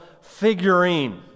figurine